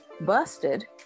busted